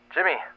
Jimmy